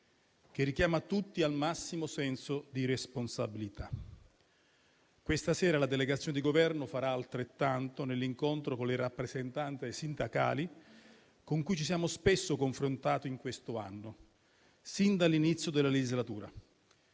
che richiama tutti al massimo senso di responsabilità. Questa sera la delegazione di Governo farà altrettanto nell'incontro con le rappresentanze sindacali, con cui ci siamo spesso confrontati in questo anno, sin dall'inizio della legislatura;